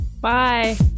bye